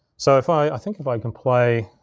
so if i, i think if i can play